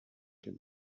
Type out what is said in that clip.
can